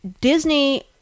Disney